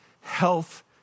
health